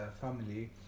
family